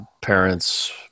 parents